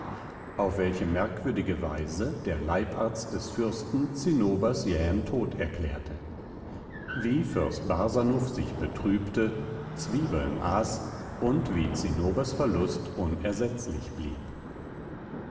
auf welche merkwürdige weise der leibarzt des fürsten zinnobers jähen tod erklärte wie fürst barsanuph sich betrübte zwiebeln aß und wie zinnobers verlust unersetzlich blieb